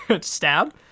stab